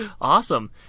Awesome